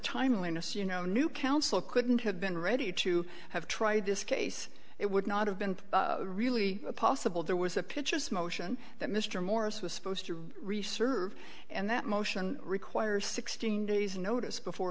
timeliness you know new counsel couldn't have been ready to have tried this case it would not have been really possible there was a pitches motion that mr morris was supposed to research and that motion requires sixteen days notice before